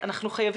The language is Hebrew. להוציא